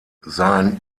sein